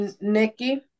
Nikki